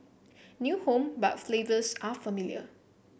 new home but flavors are familiar